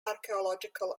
archaeological